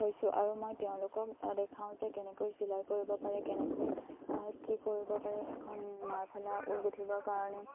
হৈছোঁ আৰু মই তেওঁলোকক দেখাওঁ যে কেনেকৈ চিলাই কৰিব পাৰে কেনেকৈ কি কৰিব পাৰে এখন মাৰফলা ঊল গুঠিবৰ কাৰণে